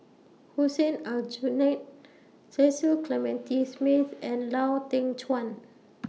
Hussein Aljunied Cecil Clementi Smith and Lau Teng Chuan